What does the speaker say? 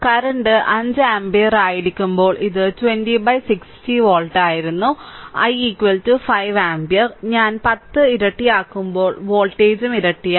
current 5 ampere ആയിരിക്കുമ്പോൾ ഇത് 2060 volt ആയിരുന്നു i 5 ആമ്പിയർ ഞാൻ 10 ഇരട്ടിയാക്കുമ്പോൾ വോൾട്ടേജും ഇരട്ടിയായി